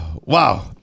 wow